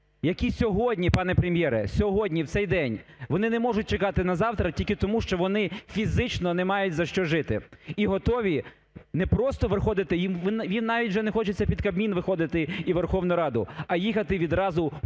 які сьогодні, пане Прем’єре, сьогодні, в цей день вони не можуть чекати на завтра тільки тому, що вони фізично не мають, за що жити. І готові не просто виходити, їм навіть вже не хочеться під Кабмін виходити і Верховну Раду, а їхати відразу в Польщу,